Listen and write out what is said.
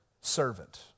servant